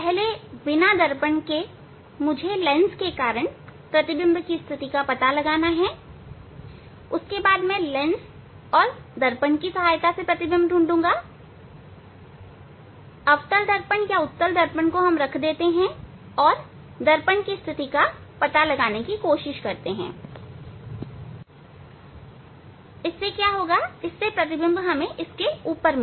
पहले बिना दर्पण के मुझे लेंस के कारण प्रतिबिंब की स्थिति का पता लगाना है और फिर मैं लेंस और दर्पण अवतल दर्पण उत्तल दर्पण रखता हूं और मैं दर्पण की स्थिति का पता लगाने की कोशिश करता हूं ताकि प्रतिबिंब इसके ऊपर मिले